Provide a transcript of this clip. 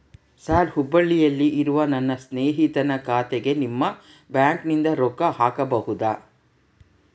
Sir ಹುಬ್ಬಳ್ಳಿಯಲ್ಲಿ ಇರುವ ನನ್ನ ಸ್ನೇಹಿತನ ಖಾತೆಗೆ ನಿಮ್ಮ ಬ್ಯಾಂಕಿನಿಂದ ರೊಕ್ಕ ಹಾಕಬಹುದಾ?